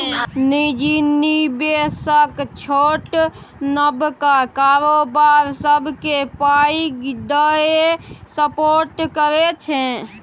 निजी निबेशक छोट नबका कारोबार सबकेँ पाइ दए सपोर्ट करै छै